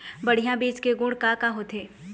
बढ़िया बीज के गुण का का होथे?